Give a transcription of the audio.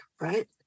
right